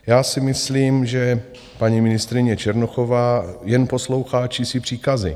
Já si myslím, že paní ministryně Černochová jen poslouchá čísi příkazy.